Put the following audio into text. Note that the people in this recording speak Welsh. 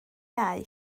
iau